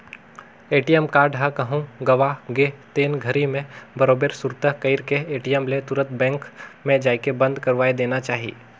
ATM card ह कहूँ गवा गे तेन घरी मे बरोबर सुरता कइर के ए.टी.एम ले तुंरत बेंक मे जायके बंद करवाये देना चाही